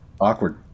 awkward